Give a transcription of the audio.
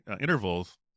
intervals